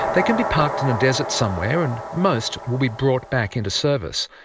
they can be parked in a desert somewhere and most will be brought back into service,